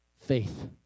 faith